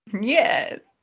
Yes